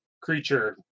creature